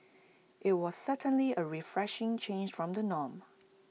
IT was certainly A refreshing change from the norm